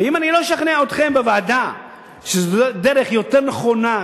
ואם אני לא אשכנע אתכם בוועדה שזו דרך יותר נכונה,